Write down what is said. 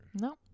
no